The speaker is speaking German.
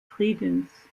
friedens